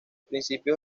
principios